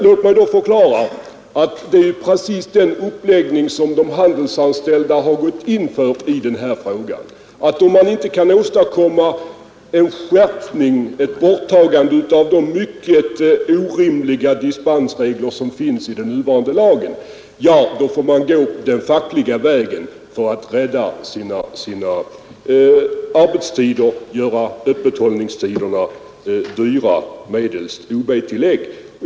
Låt mig då förklara att den uppläggning som de handelsanställda har gått in för i denna fråga är att om man inte kan åstadkomma en skärpning, ett borttagande av de mycket orimliga dispensregler som finns i den nuvarande lagen, får man gå den fackliga vägen för att rädda sina arbetstider, göra öppethållandetiderna dyra medelst ob-tillägg.